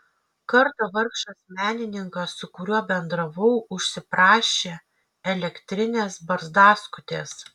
kartą vargšas menininkas su kuriuo bendravau užsiprašė elektrinės barzdaskutės